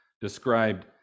described